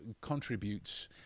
contributes